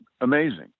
amazing